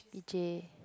P_J